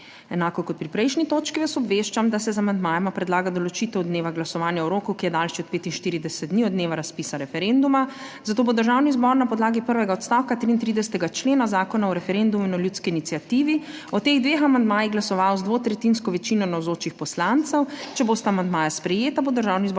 Enako kot pri prejšnji točki vas obveščam, da se z amandmajema predlaga določitev dneva glasovanja o roku, ki je daljši od 45 dni od dneva razpisa referenduma, zato bo Državni zbor na podlagi prvega odstavka 33. člena Zakona o referendumu in o ljudski iniciativi o teh dveh amandmajih glasoval z dvotretjinsko večino navzočih poslancev. Če bosta amandmaja sprejeta bo Državni zbor